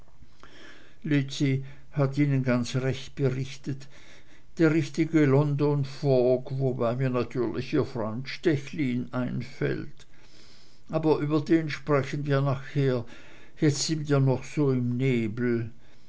hat ihnen ganz recht berichtet der richtige london fog wobei mir natürlich ihr freund stechlin einfällt aber über den sprechen wir nachher jetzt sind wir noch beim nebel